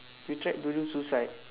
you tried to do suicide